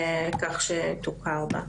כך שתוכר בה.